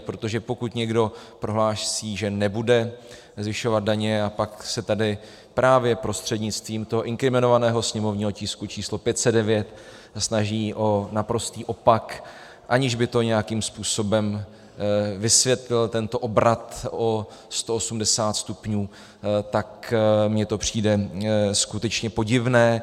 Protože pokud někdo prohlásí, že nebude zvyšovat daně, a pak se tady právě prostřednictvím toho inkriminovaného sněmovního tisku číslo 509 snaží o naprostý opak, aniž by to nějakým způsobem vysvětlil, tento obrat o 180 stupňů, tak mně to přijde skutečně podivné.